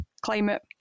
climate